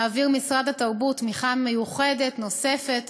מעביר משרד התרבות תמיכה מיוחדת נוספת